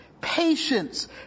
patience